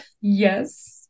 Yes